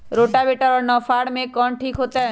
Rotavator और नौ फ़ार में कौन ठीक होतै?